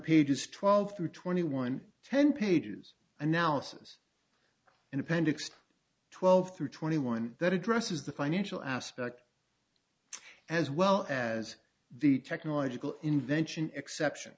pages twelve through twenty one ten pages analysis in appendix twelve through twenty one that addresses the financial aspect as well as the technological invention exception